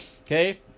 okay